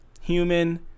human